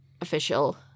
official